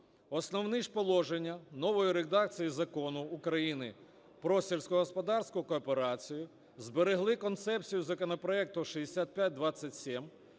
Основні ж положення нової редакції Закону України про сільськогосподарську кооперацію зберегли концепцію законопроекту 6527,